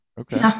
Okay